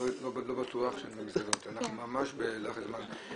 לא בטוח, אנחנו ממש בלחץ זמן.